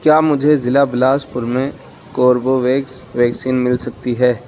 کیا مجھے ضلع بلاسپور میں کوربوویکس ویکسین مل سکتی ہے